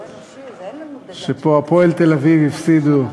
3:1. שבו "הפועל תל-אביב" הפסידו,